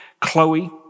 Chloe